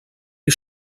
les